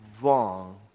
wrong